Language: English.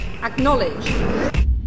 Acknowledge